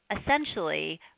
essentially